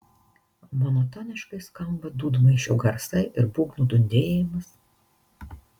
monotoniškai skamba dūdmaišio garsai ir būgnų dundėjimas